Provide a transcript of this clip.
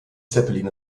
zeppelin